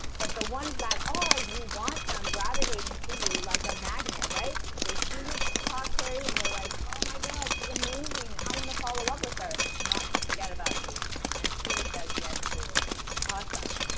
but the ones that are you want them gravitating to you, like a magnet, right? they see you talk, terry and they're like oh my god, she's amazing. i want to follow up with her not just forget about you and peter says yes, too awesome!